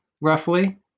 roughly